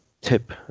tip